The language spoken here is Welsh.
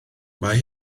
mae